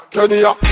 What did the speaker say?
Kenya